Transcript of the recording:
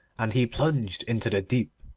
and he plunged into the deep,